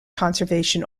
conservation